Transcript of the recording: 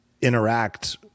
interact –